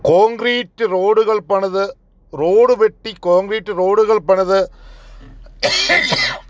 concrete റോഡുകൾ പണിത് road വെട്ടി കോൺക്രീറ്റ് റോഡ്കൾ പണിത്